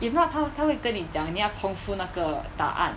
if not 他会他会跟你讲你要重复那个答案